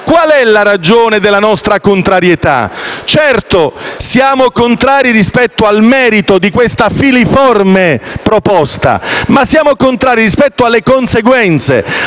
Qual è la ragione della nostra contrarietà? Certo, siamo contrari rispetto al merito di questa filiforme proposta, ma siamo contrari rispetto alle conseguenze,